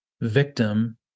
victim